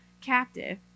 captive